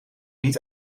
niet